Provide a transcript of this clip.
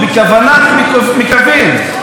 בכוונת מכוון,